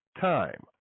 time